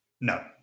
No